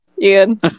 Ian